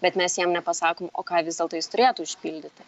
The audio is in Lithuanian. bet mes jiem nepasakom o ką vis dėlto jis turėtų išpildyti